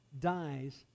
dies